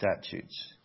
statutes